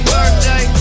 Birthday